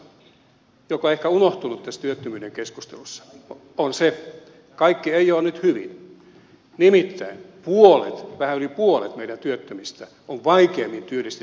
yksi asia on ehkä unohtunut tässä työttömyyden keskustelussa kaikki ei ole nyt hyvin nimittäin puolet vähän yli puolet meidän työttömistä on vaikeimmin työllistettäviä ihmisiä